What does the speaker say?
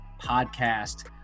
Podcast